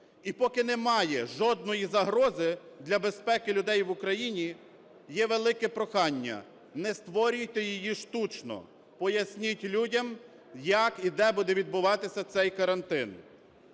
І поки немає жодної загрози для безпеки людей в Україні, є велике прохання: не створюйте її штучно, поясніть людям, як і де буде відбуватися цей карантин.